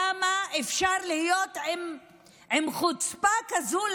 כמה אפשר להיות עם חוצפה כזאת,